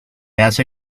hace